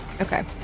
Okay